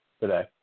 today